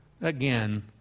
again